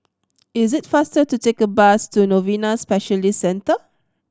it is faster to take the bus to Novena Specialist Centre